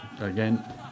again